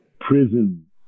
prison